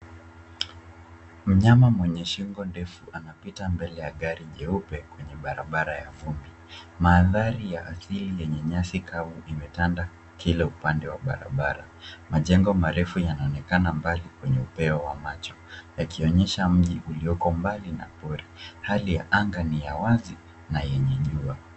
Mnyama mwenye shingo ndefu amepita mbele ya gari jeupe kwenye barabara ya vumbi. Mandhari ya asili yenye nyasi kavu imetanda kila upande wa barabara. Majengo marefu yanaonekana mbali kwenye upeo wa macho, yakionyesha mji ulioko mbali na pori. Hali ya anga ni ya wazi na yenye jua.